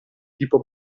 tipo